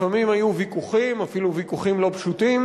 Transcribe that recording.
לפעמים היו ויכוחים, אפילו ויכוחים לא פשוטים,